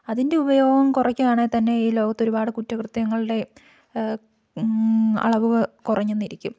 അതിന്റെ ഉപയോഗം കുറയ്ക്കുകയാണെങ്കില്ത്തന്നെ ഈ ലോകത്തൊരുപാട് കുറ്റകൃത്യങ്ങളുടെ അളവ് കുറഞ്ഞെന്നിരിക്കും